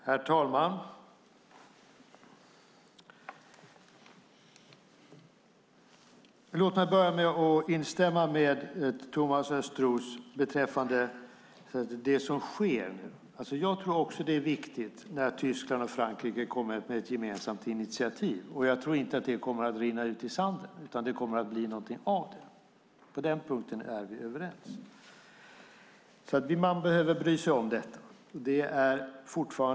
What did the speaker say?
Herr talman! Låt mig börja med att instämma med Thomas Östros beträffande det som sker nu. Jag tror också att det är viktigt när Tyskland och Frankrike kommer med ett gemensamt initiativ. Och jag tror inte att det kommer att rinna ut i sanden, utan det kommer att bli någonting av det. På den punkten är vi överens. Man behöver bry sig om detta.